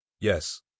Yes